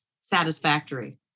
satisfactory